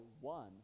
one